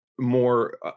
more